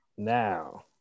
now